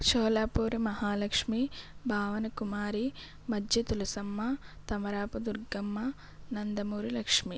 Sholapur Mahalakshmi Bhavana Kumari Majja Tulasamma Tamarapu Durgamma Nandamuri Lakshmi